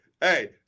hey